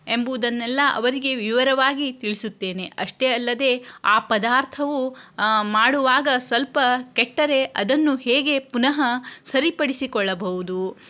ಎಂಬುದನ್ನೆಲ್ಲ ಅವರಿಗೆ ವಿವರವಾಗಿ ತಿಳಿಸುತ್ತೇನೆ ಅಷ್ಟೇ ಅಲ್ಲದೇ ಆ ಪದಾರ್ಥವು ಮಾಡುವಾಗ ಸ್ವಲ್ಪ ಕೆಟ್ಟರೆ ಅದನ್ನು ಹೇಗೆ ಪುನಃ ಸರಿಪಡಿಸಿಕೊಳ್ಳಬಹುದು